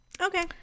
Okay